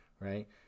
right